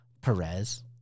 Perez